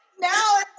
now